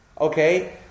okay